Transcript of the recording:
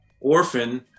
Orphan